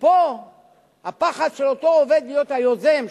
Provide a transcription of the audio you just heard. ופה הפחד של אותו עובד להיות היוזם,